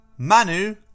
Manu